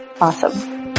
Awesome